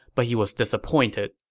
but he was disappointed.